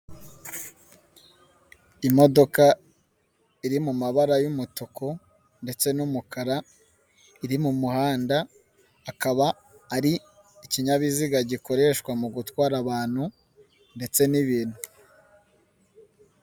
Imodoka iri mu mabara y'umutuku ndetse n'umukara, iri mu muhanda, akaba ari ikinyabiziga gikoreshwa mu gutwara abantu ndetse n'ibintu.